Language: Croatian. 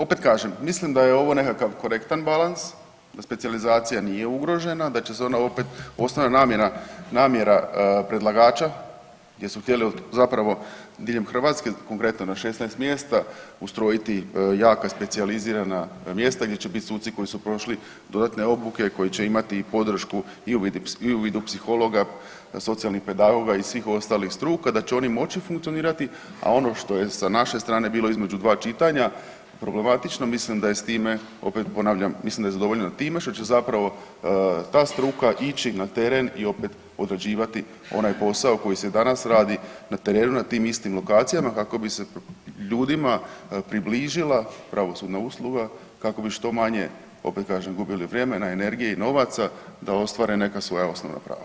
Opet kažem mislim da je ovo nekakav korektan balans, da specijalizacija nije ugrožena, da će se ona opet, osnovna namjena, namjera predlagača jesu htjeli zapravo diljem Hrvatske konkretno na 16 mjesta ustrojiti jaka specijalizirana mjesta gdje će biti suci koji su prošli dodatne obuke koji će imati podršku i u vidu psihologa, socijalnih pedagoga i svih ostalih struka, da će oni moći funkcionirati, a ono što je sa naše strane bilo između 2 čitanja problematično mislim da je s time opet ponavljam, mislim da je zadovoljeno time što će zapravo ta struka ići na teren i opet odrađivati onaj posao koji se danas radi na terenu na tim istim lokacijama kako bi se ljudima približila pravosudna usluga, kako bi što manje opet kažem gubili vrijeme na energije i novaca da ostvare neka svoja osnovna prava.